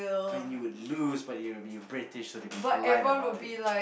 and you would lose but you would be British so they'd be polite about it